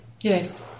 Yes